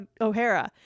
O'Hara